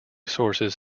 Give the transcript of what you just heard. sources